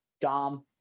Dom